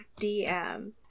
dm